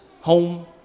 home